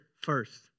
first